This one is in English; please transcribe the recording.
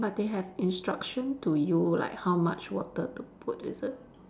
but they have instruction to you like how much water to put is it